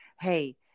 Hey